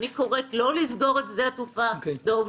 אני קוראת לא לסגור את שדה התעופה שדה דב,